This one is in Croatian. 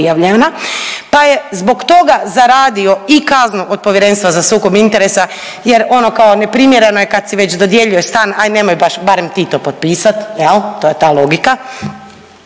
prijavljena, pa je zbog toga zaradio i kaznu od Povjerenstva za sukob interesa jer ono kao neprimjereno je kad si već dodjeljuješ stan aj nemoj barem baš ti to potpisat jel to je ta logika.